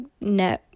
no